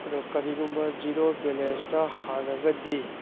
ꯑꯗꯨ ꯀꯔꯤꯒꯨꯝꯕ ꯖꯦꯔꯣ ꯕꯦꯂꯦꯟꯁꯇ ꯍꯥꯡꯉꯒꯗꯤ